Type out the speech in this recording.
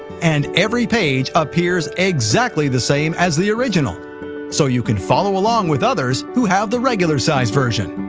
and every page appears exactly the same as the original so you can follow along with others who have the regular-sized version.